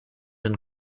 and